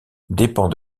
dépend